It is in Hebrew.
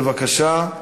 בבקשה.